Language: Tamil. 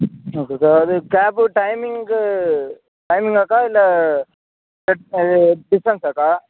ஓகேக்கா இது கேப்பு டைமிங்கு டைமிங்காக்கா இல்லை இது டிஸ்டான்ஸாக்கா